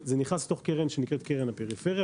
זה נכנס לתוך קרן שנקראת קרן הפריפריה,